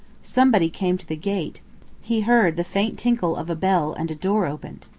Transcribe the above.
somebody came to the gate he heard the faint tinkle of a bell and a door opened.